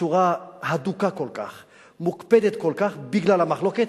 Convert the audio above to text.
בצורה הדוקה כל כך, מוקפדת כל כך, בגלל המחלוקת.